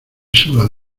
sudan